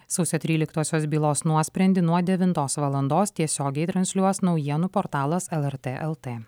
sausio tryliktosios bylos nuosprendį nuo devintos valandos tiesiogiai transliuos naujienų portalas elartė ltė